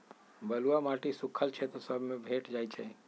बलुआ माटी सुख्खल क्षेत्र सभ में भेंट जाइ छइ